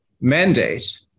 mandate